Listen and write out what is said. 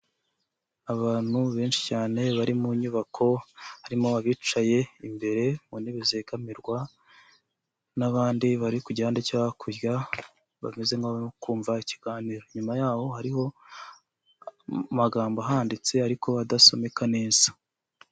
Abantu benshi cyane bari mu nyubako, harimo abicaye imbere mu ntebe zegamirwa, n'abandi bari ku gihande cyo hakurya, bameze nk'abarimo kumva ikiganiro. Inyuma y'aho hariho amagambo ahanditse ariko adasomeka neza.